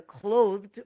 clothed